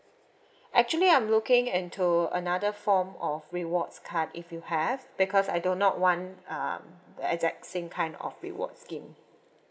actually I'm looking into another form of rewards card if you have because I do not want um the exact same kind of rewards scheme